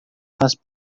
vas